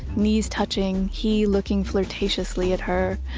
knees touching he looking flirtatiously at her,